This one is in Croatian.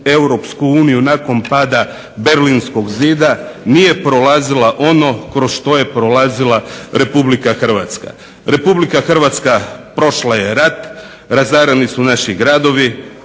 europsku uniju nakon pada Berlinskog zida nije prolazila ono kroz što je prolazila Republika Hrvatska. Republika Hrvatska prošla je rat, razarali su naši gradovi,